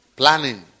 planning